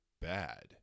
bad